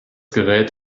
gerät